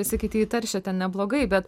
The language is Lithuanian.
visi kiti jį teršia ten neblogai bet